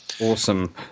Awesome